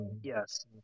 yes